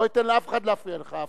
לא אתן לאף אחד להפריע לך,